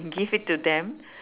give it to them